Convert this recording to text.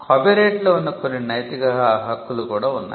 కాపీరైట్లో ఉన్న కొన్ని నైతిక హక్కులు కూడా ఉన్నాయి